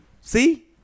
See